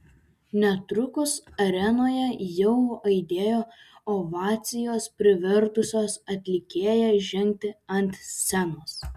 netrukus arenoje jau aidėjo ovacijos privertusios atlikėją žengti ant scenos